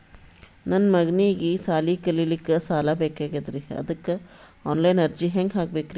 ನನ್ನ ಮಗನಿಗಿ ಸಾಲಿ ಕಲಿಲಕ್ಕ ಸಾಲ ಬೇಕಾಗ್ಯದ್ರಿ ಅದಕ್ಕ ಆನ್ ಲೈನ್ ಅರ್ಜಿ ಹೆಂಗ ಹಾಕಬೇಕ್ರಿ?